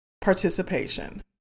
participation